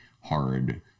hard